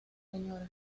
señora